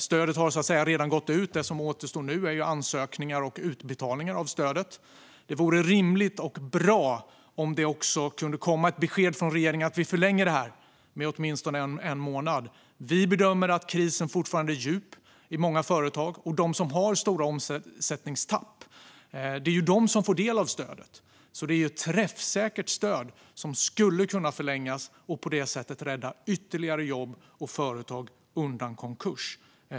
Stödet har så att säga redan gått ut, och det som återstår nu är ansökningar och utbetalningar av stödet. Det vore rimligt och bra om det kunde komma ett besked från regeringen om att vi förlänger det med åtminstone en månad. Vi bedömer att krisen fortfarande är djup i många företag. Det är de som har stora omsättningstapp som får del av stödet. Det är alltså ett träffsäkert stöd som skulle kunna förlängas och på det sättet rädda ytterligare jobb och företag undan konkurs.